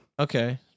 Okay